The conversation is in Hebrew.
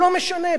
לא משנה,